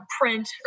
print